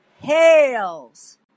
hails